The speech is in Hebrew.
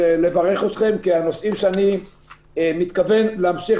אני אברך אתכם כי הנושאים שאני מתכוון להמשיך